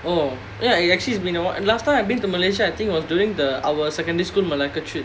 oh ya it actually has been a while last time I've been to malaysia I think it was during the our secondary school malacca trip